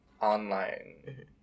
online